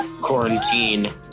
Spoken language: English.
Quarantine